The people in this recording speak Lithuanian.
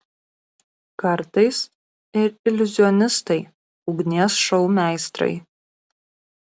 kartais ir iliuzionistai ugnies šou meistrai